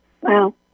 Wow